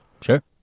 Sure